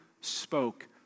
spoke